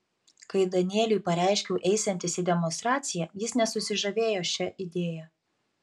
kai danieliui pareiškiau eisiantis į demonstraciją jis nesusižavėjo šia idėja